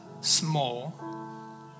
small